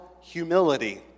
humility